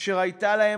אשר הייתה להם